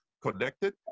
connected